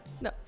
No